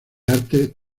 artes